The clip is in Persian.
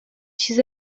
چیز